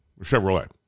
Chevrolet